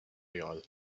real